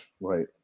right